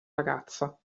ragazza